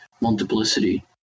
multiplicity